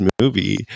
movie